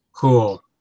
Cool